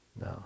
No